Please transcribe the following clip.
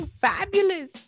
fabulous